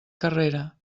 carrera